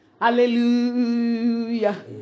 Hallelujah